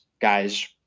guys